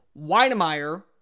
Weidemeyer